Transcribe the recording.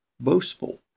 boastful